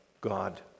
God